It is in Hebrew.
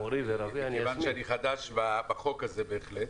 מכיוון שאני חדש בחוק הזה בהחלט,